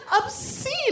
obscene